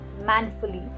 Manfully